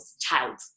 child